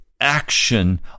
action